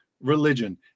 Religion